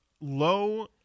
low